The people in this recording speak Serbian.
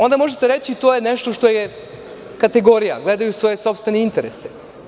Onda možete reći – to je nešto što je kategorija, gledaju svoje sopstvene interese.